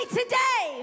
today